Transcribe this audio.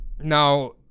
now